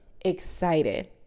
excited